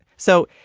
so,